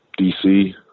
DC